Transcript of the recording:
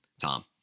Tom